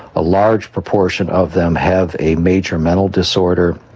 a large proportion of them have a major mental disorder.